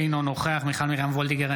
אינו נוכח מיכל מרים וולדיגר,